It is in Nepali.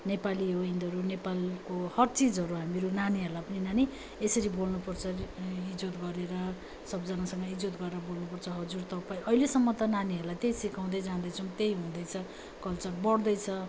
नेपाली हो यिनीहरू नेपालको हर चिजहरू हामीहरू नानीहरूलाई पनि नानी यसरी बोल्नु पर्छ इज्जत गरेर सबजनासँग इज्जत गरेर बोल्नु पर्छ हजुर तपाईँ अहिलेसम्म त नानीहरूलाई त्यही सिकाउँदै जाँदैछौँ त्यही हुँदैछ कल्चर बढ्दैछ